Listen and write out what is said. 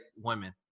women